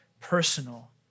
personal